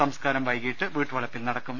സംസ്കാരം വൈകീട്ട് വീട്ടുവളപ്പിൽ നടക്കും